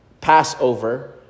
Passover